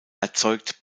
erzeugt